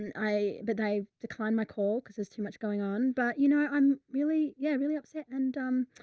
and i, but i declined my call cause there's too much going on. but you know, i'm really, yeah. really upset and, um,